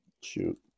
shoot